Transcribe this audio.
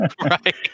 Right